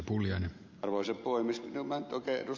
en minä nyt oikein ed